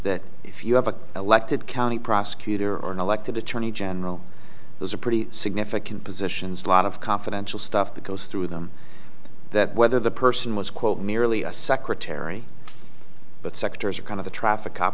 that if you have a elected county prosecutor or an elected attorney general those are pretty significant positions lot of confidential stuff that goes through them that whether the person was quote merely a secretary but sectors are kind of a traffic